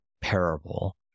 parable